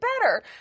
better